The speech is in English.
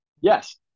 Yes